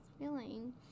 feeling